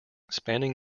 spanning